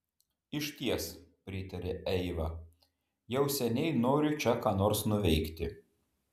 išties pritarė eiva jau seniai noriu čia ką nors nuveikti